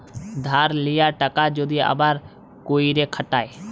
ধার লিয়া টাকা যদি আবার ক্যইরে খাটায়